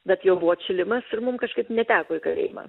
bet jau buvo atšilimas ir mum kažkaip neteko į kalėjimą